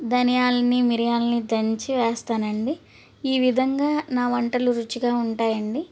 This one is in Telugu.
ధనియాలని మిరియాలని దంచి వేస్తానండి ఈ విధంగా నా వంటలు రుచిగా ఉంటాయండి